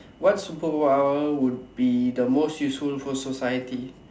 what superpower will be the most useful for society